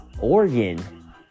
Oregon